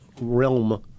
realm